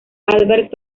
albert